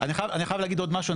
אני חייב להגיד עוד משהו,